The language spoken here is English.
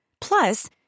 Plus